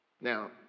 Now